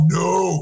no